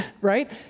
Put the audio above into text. right